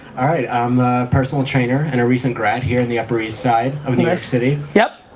all right, i'm a personal trainer in a recent grad here in the upper east side of new york city. yep.